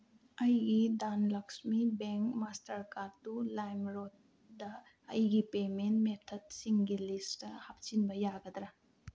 ꯑꯩꯒꯤ Dhanlaxmi bank master ꯀꯥꯔꯠꯇꯨ ꯂꯥꯏꯝꯔꯣꯠꯗ ꯑꯩꯒꯤ ꯄꯦꯃꯦꯟ ꯃꯦꯊꯠꯁꯤꯡꯒꯤ ꯂꯤꯁꯇ ꯍꯥꯞꯆꯤꯟꯕ ꯌꯥꯒꯗ꯭ꯔꯥ